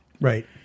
Right